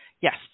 Yes